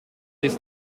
this